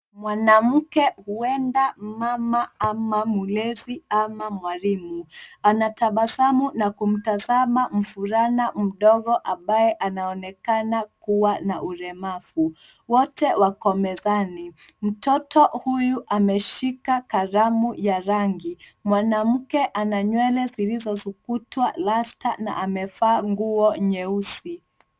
Mwanamke huenda mama ama mlezi ama mwalimu anatabasamu na kumtazama mvulana mdogo ambaye anaonekana kuwa na ulemavu. Wote wako mezani. Mtoto huyu ameshika kalamu ya rangi. Mwanamke ana nywele zilizosokotwa rasta na amevaa nguo nyeusi.